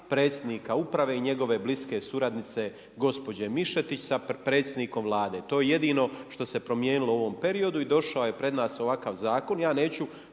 predsjednika uprave i njegove bliske suradnice gospođe Mišetić sa predsjednikom Vlade. To je jedino što se promijenilo u ovom periodu i došao je pred nas ovakav zakon.